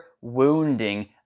wounding